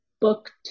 booked